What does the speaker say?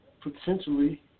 potentially